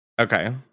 Okay